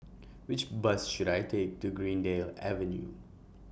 Which Bus should I Take to Greendale Avenue